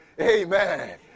Amen